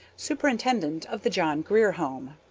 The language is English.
superintendent of the john grier home.